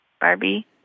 Barbie